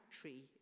tree